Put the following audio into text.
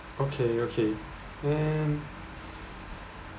okay okay then